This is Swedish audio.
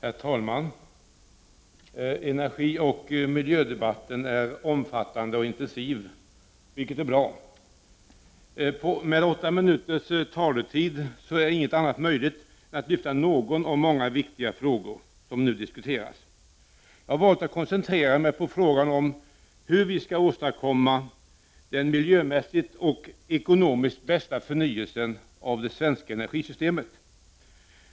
Herr talman! Energi och miljödebatten är omfattande och intensiv, vilket är bra. Med åtta minuters taletid är inget annat möjligt än att lyfta fram någon av de många viktiga frågor som nu diskuteras. Jag har valt att koncentrera mig på frågan om hur vi skall åstadkomma den miljömässigt och ekonomiskt bästa förnyelsen av det svenska energisystemet.